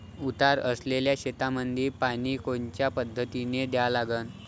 उतार असलेल्या शेतामंदी पानी कोनच्या पद्धतीने द्या लागन?